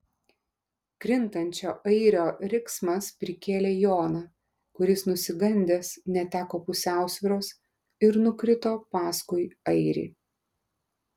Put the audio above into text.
krintančio airio riksmas prikėlė joną kuris nusigandęs neteko pusiausvyros ir nukrito paskui airį